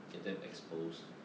get them exposed